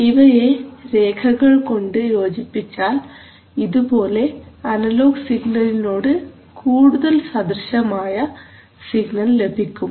ഇവയെ രേഖകൾ കൊണ്ട് യോജിപ്പിച്ചാൽ ഇതുപോലെ അനലോഗ് സിഗ്നലിനോട് കൂടുതൽ സദൃശ്യമായ സിഗ്നൽ ലഭിക്കും